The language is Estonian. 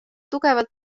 tugevalt